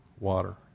Water